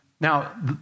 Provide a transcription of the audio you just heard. Now